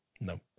No